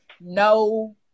no